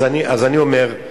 אז אני אומר,